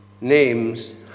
names